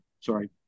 sorry